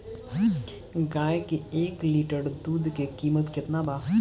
गाए के एक लीटर दूध के कीमत केतना बा?